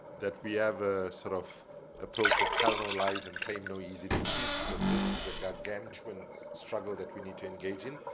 that we have a sort of approach of tell no lies and claim no easy victories, because this is a gargantuan struggle that we need to engage in.